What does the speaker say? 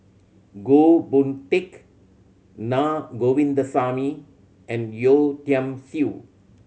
Goh Boon Teck Na Govindasamy and Yeo Tiam Siew